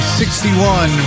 61